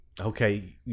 Okay